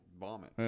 vomit